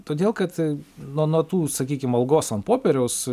todėl kad nuo nuo tų sakykim algos ant popieriaus